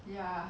ya